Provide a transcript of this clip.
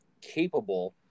capable